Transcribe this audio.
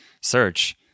search